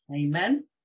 amen